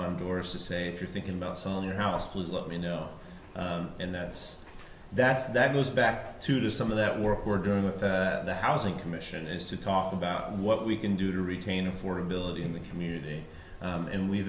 on doors to say if you're thinking about someone your house please let me know and that's that's that goes back to to some of that work we're doing with the housing commission is to talk about what we can do to retain affordability in the community and we've